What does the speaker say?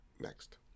next